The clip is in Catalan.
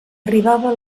arribava